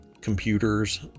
computers